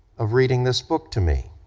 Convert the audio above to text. of reading this book to me.